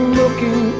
looking